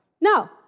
No